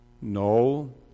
No